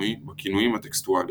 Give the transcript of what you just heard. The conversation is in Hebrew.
בכינויים הטקסטואליים.